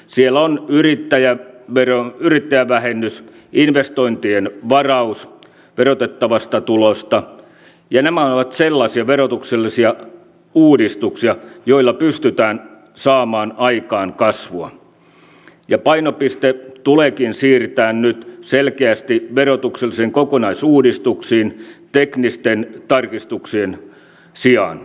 siellä ovat yrittäjävähennys investointien varaus verotettavasta tulosta ja nämä ovat sellaisia verotuksellisia uudistuksia joilla pystytään saamaan aikaan kasvua ja painopiste tuleekin siirtää nyt selkeästi verotuksellisiin kokonaisuudistuksiin teknisten tarkistuksien sijaan